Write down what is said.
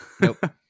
Nope